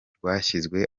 rwashyizwe